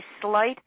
slight